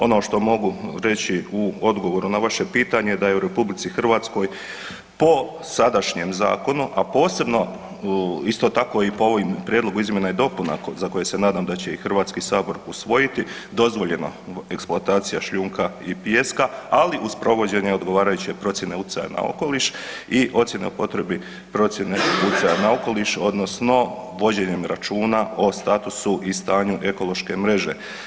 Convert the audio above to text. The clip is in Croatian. Ono što mogu reći u odgovoru na vaše pitanje da je u RH po sadašnjem zakonu, a posebno isto tako i po ovim prijedlogu i izmjena dopuna za koje se nadam da će i HS usvojiti dozvoljena eksploatacija šljunka i pijeska, ali uz provođenje odgovarajuće procjene utjecaja na okoliš i ocjene o potrebi procjene utjecaja na okoliš odnosno vođenjem računa o statusu i stanju ekološke mreže.